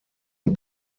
und